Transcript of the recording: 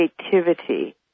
creativity